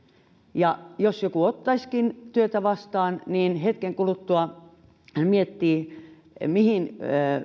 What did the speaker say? jos joku ottaisikin työtä vastaan niin hetken kuluttua hän miettii mihin